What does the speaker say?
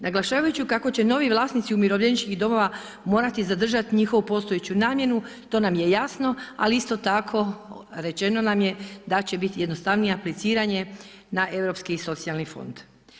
Naglašavajući kako će novi vlasnici umirovljeničkih domova morati zadržati njihovu postojeću namjenu, to nam je jasno, ali isto rečeno nam je da će biti jednostavnije apliciranje na Europski socijalni fond.